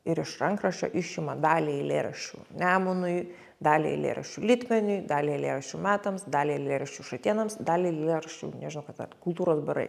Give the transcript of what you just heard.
ir iš rankraščio išima dalį eilėraščių nemunui dalį eilėraščių litmeniui dalį eilėraščių metams dalį eilėraščių šatėnams dalį eilėraščių nežinau kas dar kultūros barai